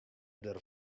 der